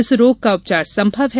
इस रोग का उपचार संभव है